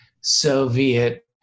Soviet